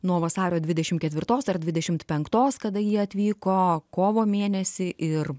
nuo vasario dvidešimt ketvirtos ar dvidešimt penktos kada jie atvyko kovo mėnesį ir